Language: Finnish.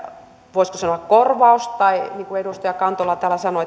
voisiko sanoa korvaus tai niin kuin edustaja kantola täällä sanoi